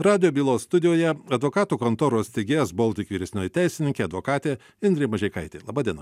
radijo bylos studijoje advokatų kontoros tgs baltic vyresnioji teisininkė advokatė indrė mažeikaitė laba diena